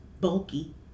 bulky